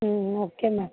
okay ma'am